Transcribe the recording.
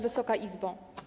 Wysoka Izbo!